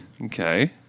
okay